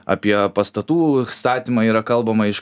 apie pastatų statymą yra kalbama iš